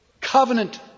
covenant